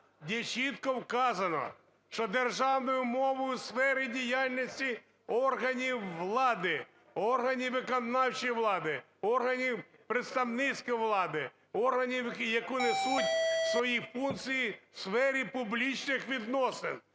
де чітко вказано, що державною мовою у сфері діяльності органів влади, органів виконавчої влади, органів представницької влади, органів, які несуть свої функції у сфері публічних відносин.